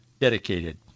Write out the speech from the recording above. dedicated